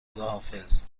خداحافظ